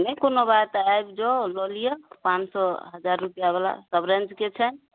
नहि कोनो बात आबि जाउ लए लिअ पाँच सओ हजार रुपैआवला सब रेंजके छै